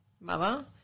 mother